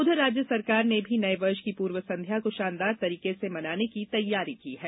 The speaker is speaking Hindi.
उधर राज्य सरकार ने भी नये वर्ष की पूर्व संध्या को शानदार तरिके से मनाने की तैयारी की है